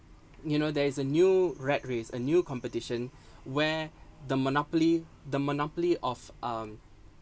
you know there is a new rat race a new competition where the monopoly the monopoly of um